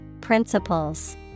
principles